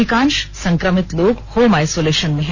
अधिकांश संक्रमित लोग होम आइसोलेशन में है